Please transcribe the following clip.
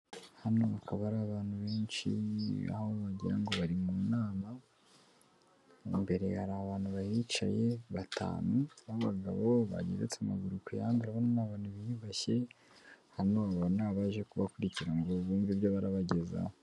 Hano hakaba hari abantu benshi, aho wagira bari mu nama, imbere hari abantu bahicaye batanu b'abagabo bageretse amaguru ku yandi, urabona ni abantu biyubashye, hano aba ni abaje kubakurikirana ngo bavumve ibyo barabagezaho.